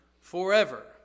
forever